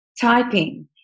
typing